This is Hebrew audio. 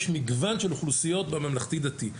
יש מגוון של אוכלוסיות בממלכתי-דתי.